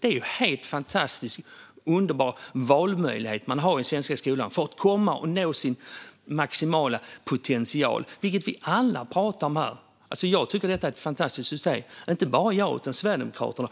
Det är en helt fantastisk och underbar valmöjlighet som man har i den svenska skolan för att nå sin maximala potential, vilket vi alla pratar om här. Jag tycker att detta är ett fantastiskt system, och inte bara jag utan även Sverigedemokraterna.